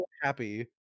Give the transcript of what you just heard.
happy